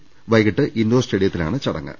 നാളെ വൈകീട്ട് ഇൻഡോർ സ്റ്റേഡിയത്തിലാണ് ചടങ്ങ്